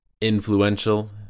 influential